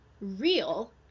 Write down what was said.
real